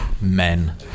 Men